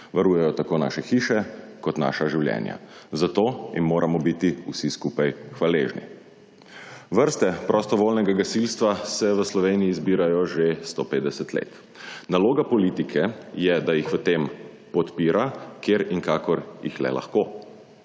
varujejo tako naše hiše kot naša življenja. Za to jim moramo biti vsi skupaj hvaležni. Vrste prostovoljnega gasilstva se v Sloveniji zbirajo že 150 let. Naloga politike je, da jih v tem podpira, kjer in kakor jih le lahko.